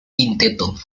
quinteto